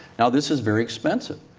and this is very expensive.